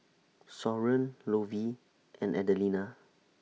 Soren Lovey and Adelina